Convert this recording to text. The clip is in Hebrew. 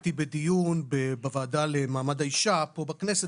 הייתי בדיון בוועדה למעמד האישה פה בכנסת